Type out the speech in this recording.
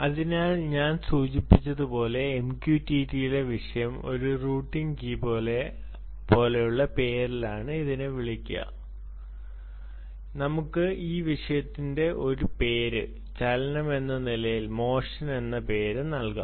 അതിനാൽ ഞാൻ സൂചിപ്പിച്ചതുപോലെ MQTT ലെ വിഷയം ഒരു റൂട്ടിംഗ് കീ പോലെയുള്ള പേരിലാണ് ഇതിനെ വിളിക്കുക നമുക്ക് ഈ വിഷയത്തിന് ഒരു പേര് ചലനമെന്ന നിലയിൽ മോഷൻ എന്ന പേര് നൽകാം